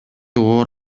оор